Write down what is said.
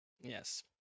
yes